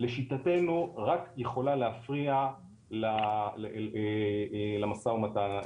לשיטתנו רק יכולה להפריע למשא ומתן.